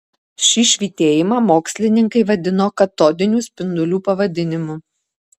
šį švytėjimą mokslininkai vadino katodinių spindulių pavadinimu